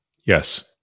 Yes